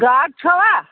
گاڈ چھَوا